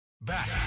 Back